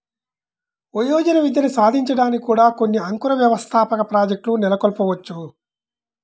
వయోజన విద్యని సాధించడానికి కూడా కొన్ని అంకుర వ్యవస్థాపక ప్రాజెక్ట్లు నెలకొల్పవచ్చు